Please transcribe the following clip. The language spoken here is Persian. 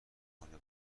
کنه